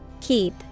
Keep